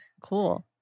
Cool